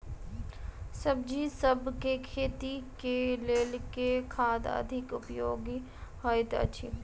सब्जीसभ केँ खेती केँ लेल केँ खाद अधिक उपयोगी हएत अछि?